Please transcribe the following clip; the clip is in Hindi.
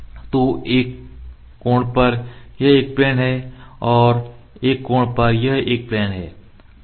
तो एक कोण पर यह एक प्लेन है और एक कोण पर यह एक प्लेन है